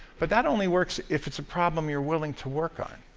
but that only works if it's a problem you're willing to work on.